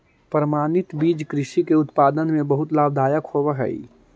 प्रमाणित बीज कृषि के उत्पादन में बहुत लाभदायक होवे हई